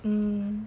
hmm